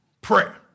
prayer